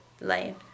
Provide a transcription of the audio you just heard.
life